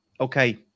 Okay